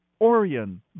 orion